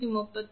238